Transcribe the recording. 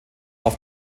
auf